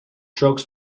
strokes